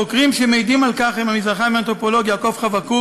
חוקרים שמעידים על כך הם המזרחן האנתרופולוג יעקב חבקוק